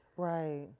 right